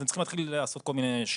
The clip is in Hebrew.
אז הם צריכים לעשות כל מיני שיבושים